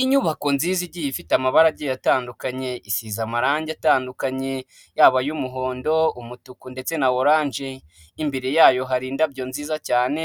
Inyubako nziza igiye ifite amabara agiye atandukanye, isize amarangi atandukanye yaba ay'umuhondo, umutuku ndetse na oranje, imbere yayo hari indabyo nziza cyane